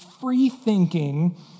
free-thinking